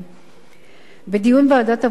בדיון בוועדת העבודה והרווחה ניסינו,